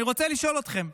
אני רוצה לשאול אתכם: